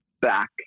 back